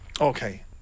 Okay